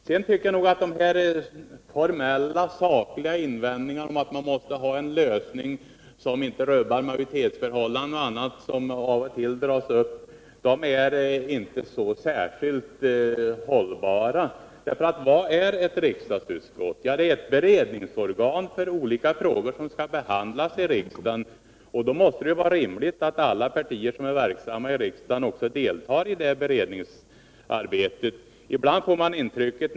Sedan tycker jag att de formellt sakliga invändningar som av och till dras fram om att man måste ha en lösning som inte rubbar majoritetsförhållandena inte är särskilt hållbara. För vad är ett riksdagsutskott? Jo, det är ett beredningsorgan för olika frågor som skall behandlas i riksdagen. Och då måste det också vara rimligt att alla partier som är verksamma i riksdagen får delta i det beredningsarbetet.